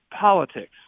politics